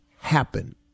happen